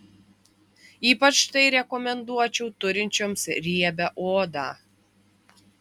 ypač tai rekomenduočiau turinčioms riebią odą